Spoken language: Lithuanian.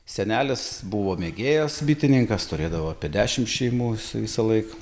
senelis buvo mėgėjas bitininkas turėdavo apie dešim šeimų jis visąlaik